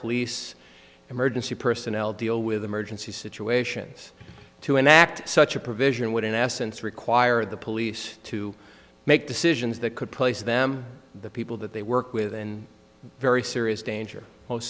police emergency personnel deal with emergency situations to enact such a provision would in essence require the police to make decisions that could place them the people that they work with in very serious danger most